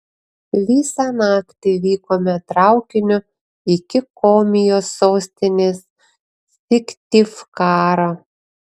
visą naktį vykome traukiniu iki komijos sostinės syktyvkaro